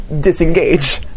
disengage